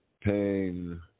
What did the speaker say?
pain